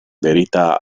verità